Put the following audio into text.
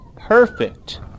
perfect